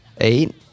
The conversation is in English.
eight